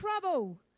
trouble